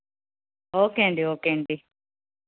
okay అండి okay అండి